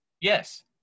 Yes